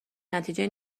نتیجهای